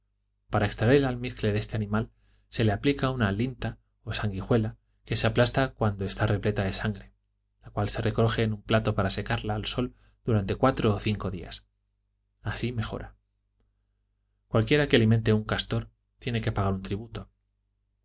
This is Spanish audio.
para extraer el almizcle de este animal se le aplica una unta o sanguijuela que se aplasta cuando está repleta de sangre la cual se recoge en un plato para secarla al sol durante cuatro o cinco días así mejora cualquiera que alimente un castor tiene que pagar un tributo